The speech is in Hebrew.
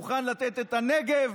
מוכן לתת את הנגב,